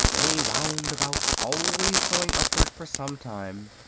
they wound about, always going upward, for some time.